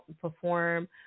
perform